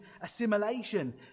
assimilation